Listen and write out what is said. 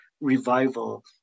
revival